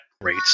great